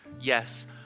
yes